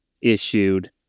issued